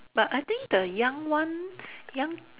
but I think the young one young